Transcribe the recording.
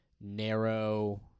narrow